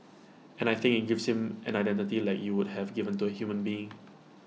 and I think IT gives him an identity like you would have given to A human being